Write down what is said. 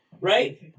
right